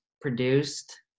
produced